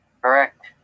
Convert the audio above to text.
Correct